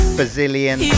Brazilian